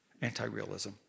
Anti-realism